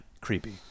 creepy